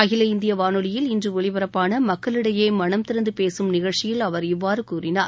அகில இந்திய வானொலியில் இன்று ஒலிபரப்பான மக்களிடையே மனந்திறந்து பேசும் நிகழ்ச்சியில் அவர் இவ்வாறு கூறினார்